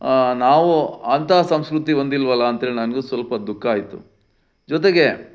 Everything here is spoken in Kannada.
ನಾವು ಅಂತಹ ಸಂಸ್ಕೃತಿ ಹೊಂದಿಲ್ವಲ್ಲ ಅಂತೇಳಿ ನನಗೂ ಸ್ವಲ್ಪ ದುಃಖ ಆಯಿತು ಜೊತೆಗೆ